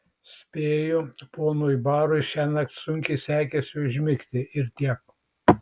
spėju ponui barui šiąnakt sunkiai sekėsi užmigti ir tiek